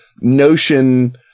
notion